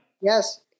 Yes